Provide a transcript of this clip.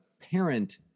parent